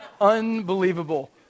unbelievable